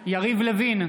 לוין,